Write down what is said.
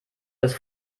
dass